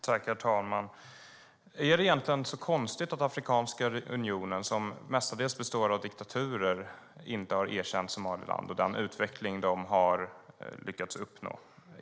Herr talman! Är det egentligen så konstigt att Afrikanska unionen, som mestadels består av diktaturer, inte har erkänt Somaliland och den utveckling de har lyckats uppnå?